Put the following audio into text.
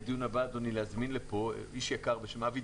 לדיון הבא אפשר להזמין לפה איש יקר בשם אבי